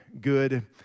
good